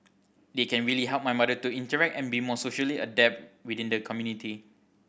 they can really help my mother to interact and be more socially adept within the community